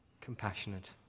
compassionate